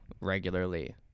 regularly